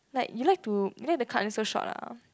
like you like to you like to cut until so short ah